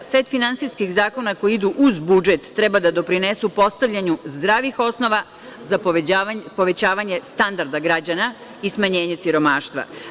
Set finansijskih zakona koji idu uz budžet treba da doprinesu postavljanju zdravih osnova za povećavanje standarda građana i smanjenje siromaštva.